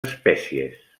espècies